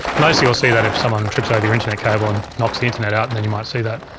mostly you'll see that if someone trips over your internet cable and knocks the internet out, and then you might see that.